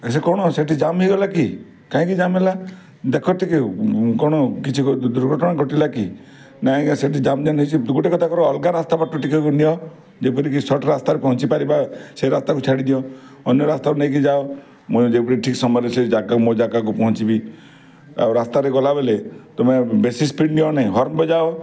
ଆରେ ସେ କ'ଣ ସେଠି ଜାମ୍ ହେଇଗଲା କି କାହିଁକି ଜାମ୍ ହେଲା ଦେଖ ଟିକେ କଣ କିଛି ଦୁର୍ଘଟଣା ଘଟିଲା କି ନାହିଁ ଆଜ୍ଞା ସେଇଟା ଜାମ୍ ଜାମ୍ ହେଉଛି ଦୁର୍ଘଟଣା ତାଙ୍କର ଅଲଗା ରାସ୍ତା ପଟୁ ଟିକେ ନିଅ ଯେପରିକି ଶର୍ଟ୍ ରାସ୍ତାରେ ପହଞ୍ଚିପାରିବା ସେଇ ରାସ୍ତାକୁ ଛାଡ଼ିଦିଅ ଅନ୍ୟ ରାସ୍ତାକୁ ନେଇକି ଯାଅ ଠିକ୍ ସମୟରେ ସେ ଜାଗା ମୁଁ ଜାଗାକୁ ପହଞ୍ଚିବି ଆଉ ରାସ୍ତାରେ ଗଲାବେଲେ ତମେ ବେଶୀ ସ୍ପିଡ଼୍ ନିଅନାହିଁ ହର୍ଣ୍ଣ ବଜାଅ